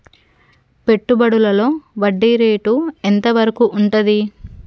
పెట్టుబడులలో వడ్డీ రేటు ఎంత వరకు ఉంటది?